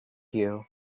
you